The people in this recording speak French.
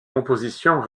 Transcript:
compositions